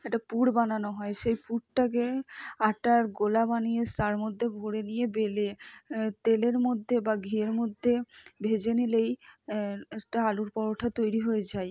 একটা পুর বানানো হয় সেই পুরটাকে আটার গোলা বানিয়ে তার মধ্যে ভরে দিয়ে বেলে তেলের মধ্যে বা ঘিয়ের মধ্যে ভেজে নিলেই একটা আলুর পরোঠা তৈরি হয়ে যায়